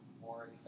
more